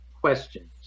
questions